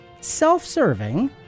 self-serving